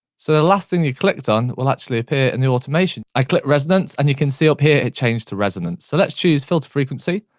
so the last thing you clicked on will actually appear in the automation. i click resonance and you can see up here it changed to resonance. so let's choose filter frequency.